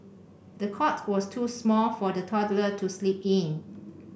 the cot was too small for the toddler to sleep in